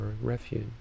refuge